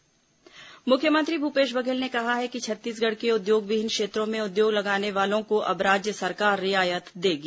मुख्यमंत्री उद्योग मुख्यमंत्री भूपेश बघेल ने कहा है कि छत्तीसगढ़ के उद्योगविहीन क्षेत्रों में उद्योग लगाने वालों को अब राज्य सरकार रियायत देगी